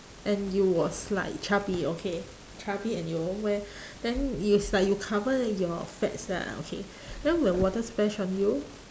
and you was like chubby okay chubby and you all wear then is like you cover your fats lah okay then when water splash on you